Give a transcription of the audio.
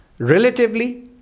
Relatively